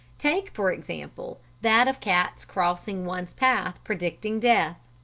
take, for example, that of cats crossing one's path predicting death.